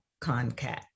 CONCAT